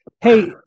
Hey